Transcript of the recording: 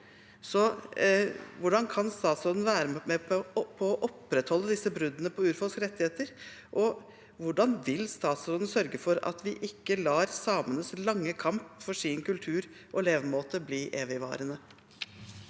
Hvordan kan statsråden være med på å opprettholde disse bruddene på urfolks rettigheter, og hvordan vil statsråden sørge for at vi ikke lar samenes lange kamp for sin kultur og levemåte bli evigvarende?